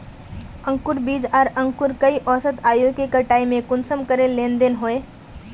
अंकूर बीज आर अंकूर कई औसत आयु के कटाई में कुंसम करे लेन देन होए?